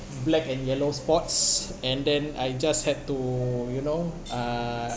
black and yellow spots and then I just had to you know uh